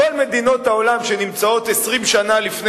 כל מדינות העולם שנמצאות 20 שנה לפני